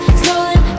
stolen